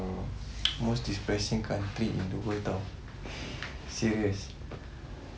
most distressing complete into vital saviours